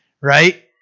right